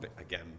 again